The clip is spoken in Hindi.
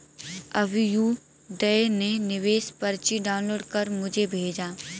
अभ्युदय ने निवेश पर्ची डाउनलोड कर मुझें भेजा